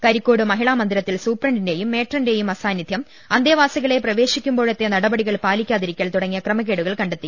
കരിക്കോട് മഹിളാ മ ന്ദിരത്തിൽ സൂപ്രണ്ടിന്റെയും മേട്രന്റെയും അസാന്നിധ്യം അന്തേവാസിക ളെ പ്രവേശിപ്പിക്കുമ്പോഴത്തെ നടപടികൾ പാലിക്കാതിരിക്കൽ തുടങ്ങിയ ക്രമക്കേടുകൾ കണ്ടെത്തി